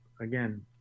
again